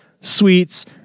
sweets